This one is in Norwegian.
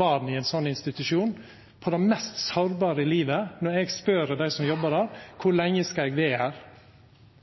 barn i ein slik institusjon, på det mest sårbare i livet, når dei spør dei som jobbar der om kor lenge dei skal vera, får til svar: Beklagar, det veit eg ikkje, men du skal iallfall vera her